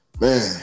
Man